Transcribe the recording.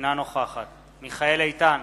אינה נוכחת מיכאל איתן,